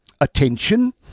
attention